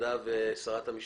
הוועדה וחוות דעת שרת המשפטים?